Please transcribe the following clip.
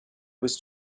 was